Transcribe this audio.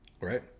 Right